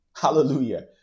Hallelujah